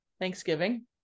thanksgiving